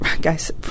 guys